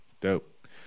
Dope